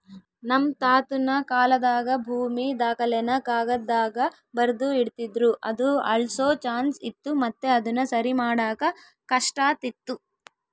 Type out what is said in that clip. ನಮ್ ತಾತುನ ಕಾಲಾದಾಗ ಭೂಮಿ ದಾಖಲೆನ ಕಾಗದ್ದಾಗ ಬರ್ದು ಇಡ್ತಿದ್ರು ಅದು ಅಳ್ಸೋ ಚಾನ್ಸ್ ಇತ್ತು ಮತ್ತೆ ಅದುನ ಸರಿಮಾಡಾಕ ಕಷ್ಟಾತಿತ್ತು